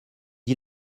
dis